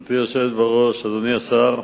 גברתי היושבת בראש, אדוני השר,